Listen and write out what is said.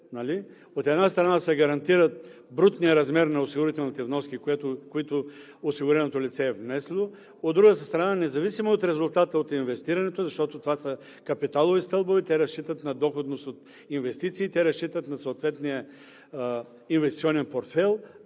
От една страна, гарантира се брутният размер на осигурителните вноски, които осигуреното лице е внесло. От друга страна, независимо от резултата от инвестирането, защото това са капиталови стълбове. Те разчитат на доходност от инвестициите, разчитат на съответния инвестиционен портфейл